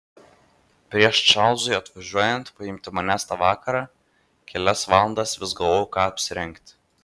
prieš čarlzui atvažiuojant paimti manęs tą vakarą kelias valandas vis galvojau ką apsirengti